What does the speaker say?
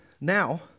now